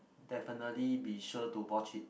definitely be sure to watch it